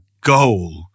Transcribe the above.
goal